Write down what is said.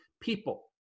people